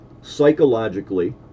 psychologically